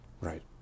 Right